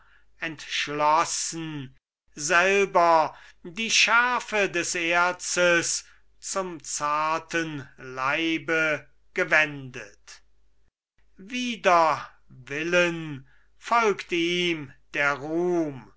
entschlossen selber die schärfe des erzes zum zarten leibe gewendet wider willen folgt ihm der ruhm